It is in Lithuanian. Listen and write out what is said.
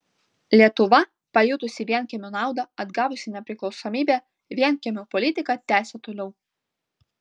lietuva pajutusi vienkiemių naudą atgavusi nepriklausomybę vienkiemių politiką tęsė toliau